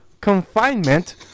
confinement